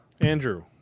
Andrew